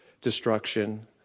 destruction